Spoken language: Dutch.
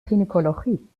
gynaecologie